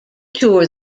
tour